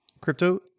crypto